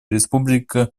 республика